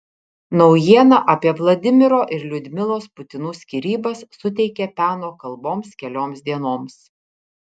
naujiena apie vladimiro ir liudmilos putinų skyrybas suteikė peno kalboms kelioms dienoms